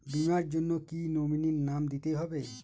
বীমার জন্য কি নমিনীর নাম দিতেই হবে?